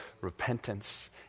repentance